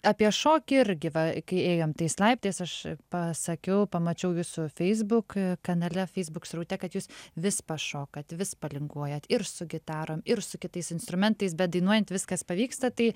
apie šokį irgi va kai ėjom tais laiptais aš pasakiau pamačiau jūsų facebook kanale facebook sraute kad jūs vis pašokat vis palinguojat ir su gitarom ir su kitais instrumentais bedainuojant viskas pavyksta tai